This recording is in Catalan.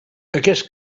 aquest